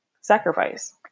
sacrifice